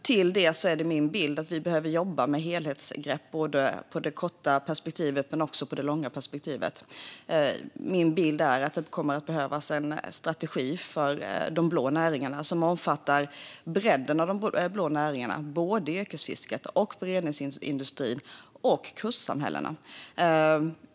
Till det är det min bild att vi behöver jobba med helhetsgrepp både i det korta och i det långa perspektivet. Det kommer att behövas en strategi för de blå näringarna som omfattar bredden av de blå näringarna, alltså yrkesfisket, beredningsindustrin och kustsamhällena.